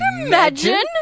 Imagine